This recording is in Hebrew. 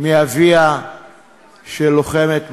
מאביה של לוחמת מג"ב,